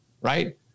right